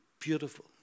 beautiful